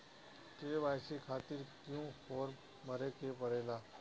KYC खातिर क्यूं form भरे के पड़ेला?